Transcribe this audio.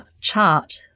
chart